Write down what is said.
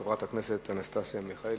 חברת הכנסת אנסטסיה מיכאלי,